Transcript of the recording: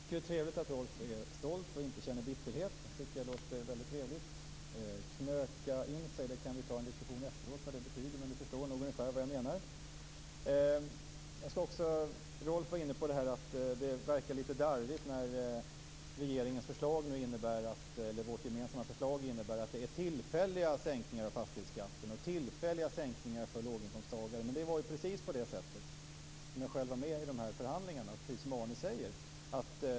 Fru talman! Jag tycker att det är trevligt att Rolf Kenneryd är stolt och inte känner bitterhet. Det tycker jag låter väldigt trevligt. Vad "knöka in sig" betyder kan vi ta en diskussion om efteråt, men Rolf Kenneryd förstår nog ungefär vad jag menar. Rolf Kenneryd var också inne på att det verkar lite darrigt när vårt gemensamma förslag innebär tillfälliga sänkningar av fastighetsskatten och tillfälliga sänkningar för låginkomsttagare. Det var precis på det sätt - jag var själv med i förhandlingarna - som Arne Kjörnsberg säger.